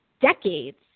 decades